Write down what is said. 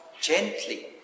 gently